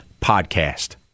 podcast